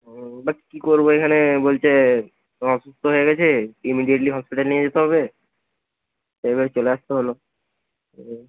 but কী করবো এখানে বলছে ও অসুস্থ হয়ে গেছে ইমিডিয়েটলি হসপিটাল নিয়ে যেতে হবে এবারে চলে আসতে হল হুম